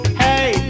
hey